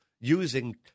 using